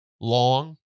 Long